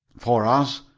for as,